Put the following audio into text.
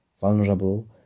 vulnerable